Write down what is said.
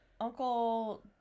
Uncle